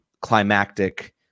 climactic